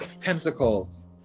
pentacles